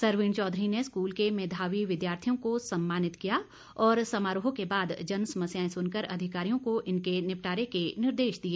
सरवीण चौधरी ने स्कूल के मेधावी विद्यार्थियों को सम्मानित किया और समारोह के बाद जन समस्याएं सुनकर अधिकारियों को इनके निपटारे के निर्देश दिए